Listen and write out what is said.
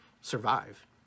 survive